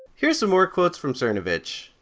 here's some more quotes from cernovich.